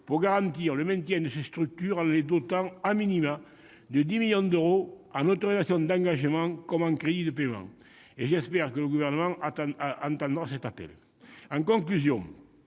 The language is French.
pour garantir le maintien de ces structures, en les dotant de 10 millions d'euros en autorisations d'engagement comme en crédits de paiement, et j'espère que le Gouvernement entendra cet appel. Par conséquent,